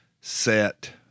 set